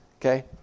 Okay